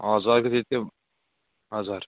हजुर अलिकति त्यो हजुर